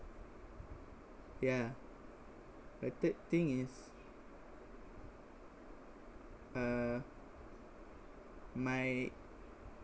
ya a third thing is uh my